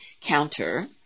counter